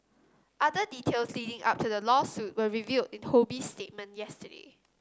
other details leading up to the lawsuit were revealed in Ho Bee's statement yesterday